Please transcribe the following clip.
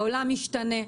העולם משתנה,